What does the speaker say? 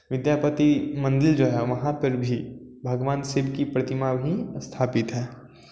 विद्यापति मंदिर जो है वहाँ पर भी भगवान शिव की प्रतिमा भी स्थापित है